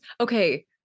Okay